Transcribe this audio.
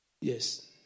Yes